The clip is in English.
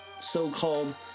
so-called